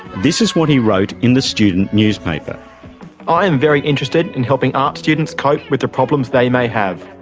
this is what he wrote in the student newspaper i'm very interested in helping arts students cope with the problems they may have.